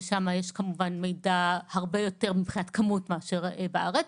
ששם יש כמובן מידע הרבה יותר מבחינת כמות מאשר בארץ.